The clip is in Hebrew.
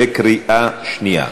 בקריאה שנייה.